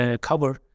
cover